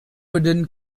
wooden